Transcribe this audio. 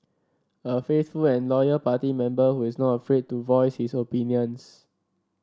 a faithful and loyal party member who is not afraid to voice his opinions